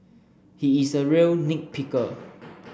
he is a real nit picker